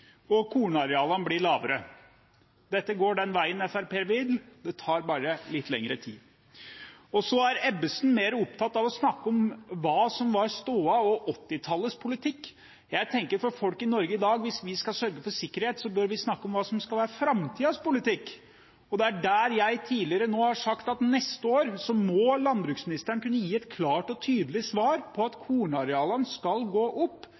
og kornarealene blir mindre. Dette går den veien Fremskrittspartiet vil – det tar bare litt lengre tid. Representanten Ebbesen er mer opptatt av å snakke om hva som var stoda under 1980-tallets politikk. Jeg tenker at hvis vi skal sørge for sikkerhet for folk i Norge i dag, bør vi snakke om hva som skal være framtidens politikk. Jeg har tidligere sagt at neste år må landbruksministeren kunne gi et klart og tydelig svar på at kornarealene skal økes, ikke, som Felleskjøpet påpekte i høringen, at de fortsatt vil kunne gå